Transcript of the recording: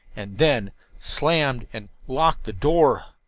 and then slammed and locked the door.